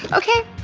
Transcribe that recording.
okay.